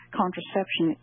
contraception